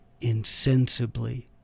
insensibly